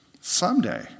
someday